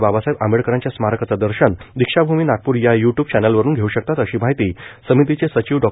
बाबासाहेब आंबेडकरांच्या स्मारकाचं दर्शन दीक्षाभुमी नागपूर या यूट्यूब चैनल वरून घेऊ शकतात अशी माहिती समितीचे सचिव डॉ